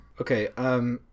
Okay